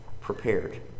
prepared